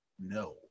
no